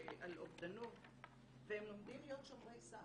על אובדנות והם לומדים להיות שומרי סף.